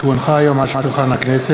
להודיעכם, כי הונחו היום על שולחן הכנסת,